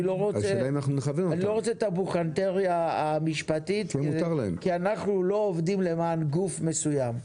אני לא רוצה את הבוכהלטריה המשפטית כי אנחנו לא עובדים למען גוף מסוים.